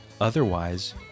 Otherwise